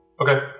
Okay